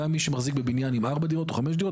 גם מי שמחזיק בבניין עם ארבע דירות או חמש דירות,